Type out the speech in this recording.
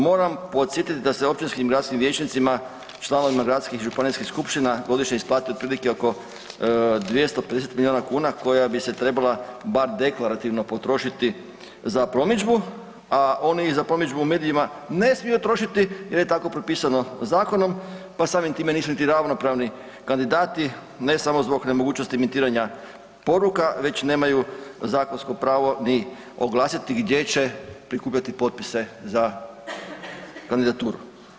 Moram podsjetiti da se općinskim i gradskim vijećnicima, članovima gradskih i županijskih skupština godišnje isplati otprilike oko 250 milijuna kuna koja bi se trebala bar deklarativno potrošiti za promidžbu, a oni za promidžbu u medijima ne smiju trošiti jer je tako propisano zakonom, pa samim time nisu niti ravnopravni kandidati ne samo zbog nemogućnosti emitiranja poruka već nemaju zakonsko pravo ni oglasiti gdje će prikupljati potpise za kandidaturu.